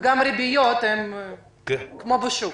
גם הריביות הן כמו בשוק.